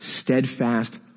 steadfast